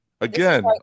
Again